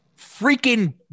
freaking